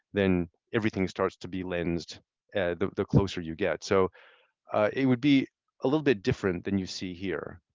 then everything starts to be lensed and the the closer you get. so it would be a little bit different than you see here.